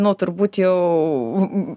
nu turbūt jau